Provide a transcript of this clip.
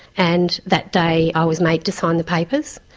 and that day i was made to sign the papers.